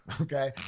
Okay